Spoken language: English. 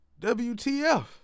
WTF